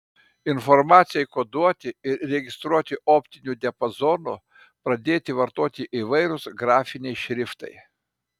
informacijai koduoti ir registruoti optiniu diapazonu pradėti vartoti įvairūs grafiniai šriftai